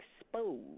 exposed